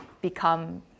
become